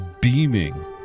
beaming